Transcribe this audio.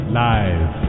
live